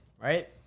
right